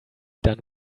done